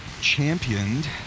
championed